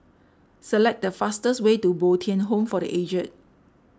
select the fastest way to Bo Tien Home for the Aged